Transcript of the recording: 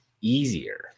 easier